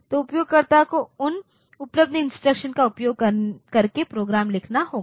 तो उपयोगकर्ता को उन उपलब्ध इंस्ट्रक्शन का उपयोग करके प्रोग्राम लिखना होगा